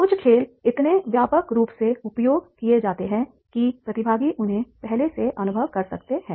कुछ खेल इतने व्यापक रूप से उपयोग किए जाते हैं कि प्रतिभागी उन्हें पहले से अनुभव कर सकते हैं